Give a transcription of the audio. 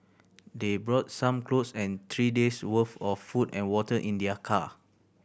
they brought some clothes and three days' worth of food and water in their car